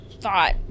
thought